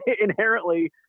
inherently